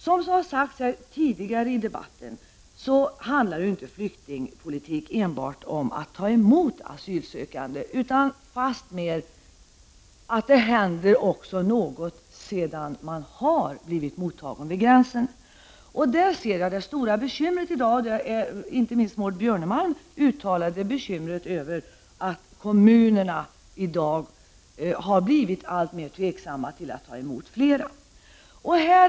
Som har sagts tidigare här i debatten handlar flyktingpolitiken inte enbart om att man skall ta emot asylsökande, utan fastmer om att det också skall hända något sedan den asylsökande har blivit mottagen vid gränsen. Här finns det stora bekymret i dag, som inte minst Maud Björnemalm var inne på. Bekymret är att kommunerna i dag har blivit alltmer tveksamma till att ta emot flera flyktingar.